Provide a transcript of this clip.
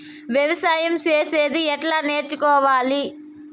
వ్యవసాయం చేసేది ఎట్లా నేర్చుకోవాలి?